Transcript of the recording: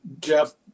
Jeff